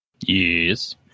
Yes